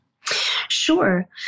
Sure